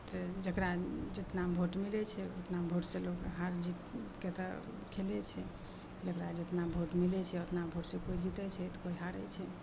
तऽ जकरा जतना भोट मिलै छै उतना भोटसे लोक हार जीतके तऽ खेले छै जकरा जतना भोट मिलै छै ओतना भोटसे कोइ जितै छै तऽ कोइ हारै छै